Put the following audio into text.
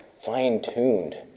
fine-tuned